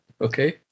okay